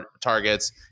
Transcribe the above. targets